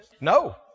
No